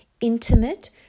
intimate